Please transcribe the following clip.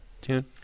tune